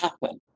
happen